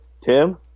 Tim